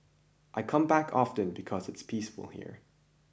I come back often because it's peaceful here